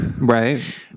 right